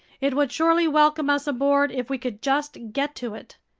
it would surely welcome us aboard if we could just get to it.